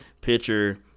pitcher